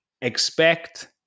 expect